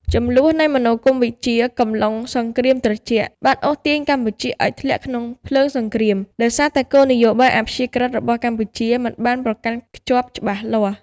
ជម្លោះនៃមនោគមវិជ្ជាកំឡុងសង្គ្រាមត្រជាក់បានអូសទាញកម្ពុជាឲ្យធ្លាក់ក្នុងភ្លើងសង្គ្រាម ដោយសារតែគោលនយោបាយអព្យាក្រឹត្យរបស់កម្ពុជាមិនបានប្រកាន់ខ្ជាប់ច្បាស់លាស់។